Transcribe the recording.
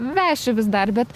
veši vis dar bet